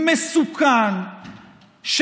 מסוכן,